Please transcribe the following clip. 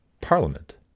parliament